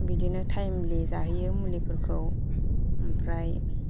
बिदिनो टाइमलि जाहोयो मुलिफोरखौ ओमफ्राय